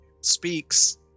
speaks